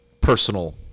personal